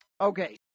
Okay